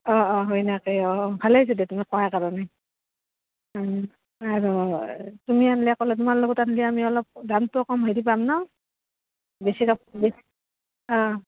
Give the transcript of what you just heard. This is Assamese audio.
অঁ অঁ হয় নাকে অঁ অঁ ভালেই যতি তুমি কোৱা কাৰণে আৰু তুমি আনিলে ক'লে তোমাৰ লগত আনিলে আমি অলপ দামটো কম হৈ দি পাম ন বেছি অঁ